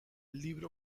libro